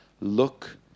Look